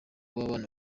w’abana